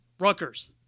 Rutgers